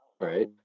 right